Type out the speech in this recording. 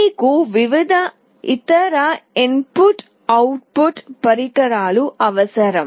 మీకు వివిధ ఇతర ఇన్ పుట్ అవుట్ పుట్ పరికరాలు అవసరం